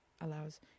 Allows